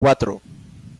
cuatro